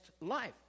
life